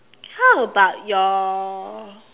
how about your